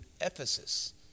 Ephesus